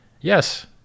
Yes